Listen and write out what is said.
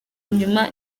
nyuma